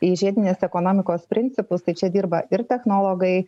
į žiedinės ekonomikos principus tai čia dirba ir technologai